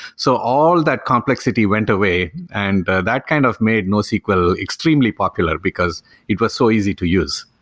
so all that complexity went away and but that kind of made nosql extremely popular, because it was so easy to use.